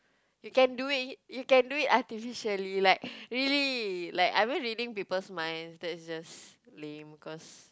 you can do it you can do it artificially like really like I mean reading people's mind that's just lame cause